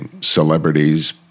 celebrities